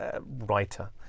writer